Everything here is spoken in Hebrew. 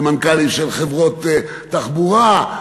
למנכ"לים של חברות תחבורה.